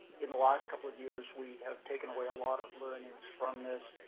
in the last couple of years, we have taken away a lot of learnings from this.